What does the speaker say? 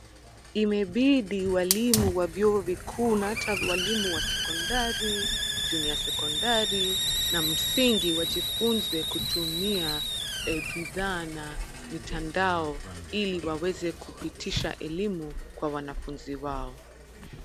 Imebidi walimu wa vyuo vikuu na hata walimu wa sekondari, junior sekondari na msingi wajifunze kutumia bidhaa na mitandao ili waweze kupitisha elimu kwa wanafunzi wao.